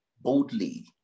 boldly